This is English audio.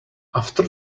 after